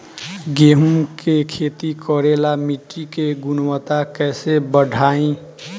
गेहूं के खेती करेला मिट्टी के गुणवत्ता कैसे बढ़ाई?